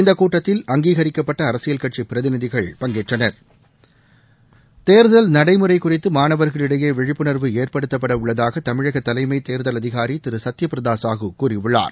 இந்தகூட்டத்தில் அங்கீகரிக்கப்பட்டஅரசியல் கட்சிபிரதிநிதிகள் பங்கேற்றனர் தேர்தல் நடைமுறைகுறித்தமானவர்களிடையேவிழிப்புணர்வு ஏற்படுத்தப்படஉள்ளதாகதமிழகதலைமைத் தேர்தல் அதிகாரி திருசத்தியபிரதாசாஹு கூறியுள்ளார்